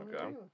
okay